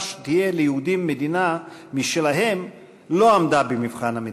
שתהיה ליהודים מדינה משלהם לא עמדה במבחן המציאות,